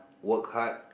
work hard